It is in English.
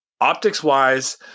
Optics-wise